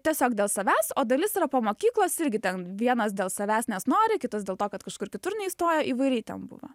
tiesiog dėl savęs o dalis yra po mokyklos irgi ten vienas dėl savęs nes nori kitas dėl to kad kažkur kitur neįstojo įvairiai ten buvo